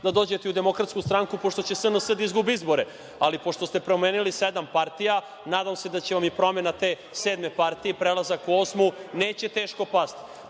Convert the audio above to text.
da dođete u Demokratsku stranku, pošto će SNS da izgubi izbore. Ali, pošto ste promenili sedam partija, nadam se da vam promena i te sedme partije i prelazak u osmu neće teško pasti.